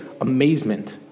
amazement